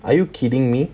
are you kidding me